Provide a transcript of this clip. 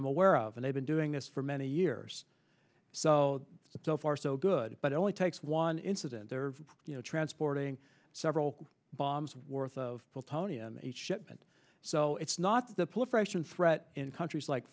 i'm aware of and i've been doing this for many years so so far so good but it only takes one incident there you know transporting several bombs worth of full tony and shipment so it's not the political threat in countries like